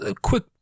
quick